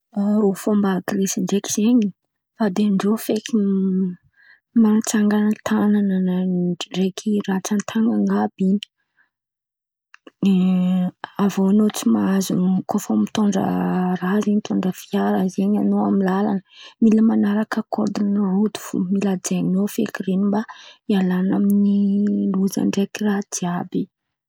A rôfomba Gresy ndraiky zen̈y. Fadian-drô feky man̈atsangana tan̈ana ndraiky rantsan-tan̈ana àby in̈y. De avô an̈ao tsy mahazo kô fa mitondra raha zen̈y. Mitondra fiara zen̈y an̈ao, am-lalan̈a, mila man̈araka kody ny roty fo. Mila hajainao feky ren̈y mba ialanao amin'ny loza ndraiky raha jiàby.